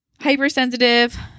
hypersensitive